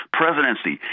presidency